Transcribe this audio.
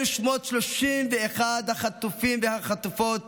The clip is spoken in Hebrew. אלה שמות 31 החטופים והחטופות